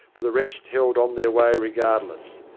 but the rest held on their way regardless.